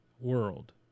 world